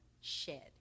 shed